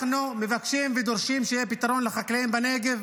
אנחנו מבקשים ודורשים שיהיה פתרון לחקלאים בנגב.